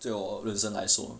对我人生来说